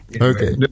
Okay